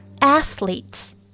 Athletes